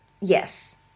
Yes